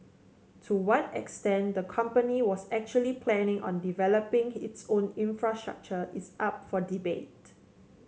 to what extent the company was actually planning on developing its own infrastructure is up for debate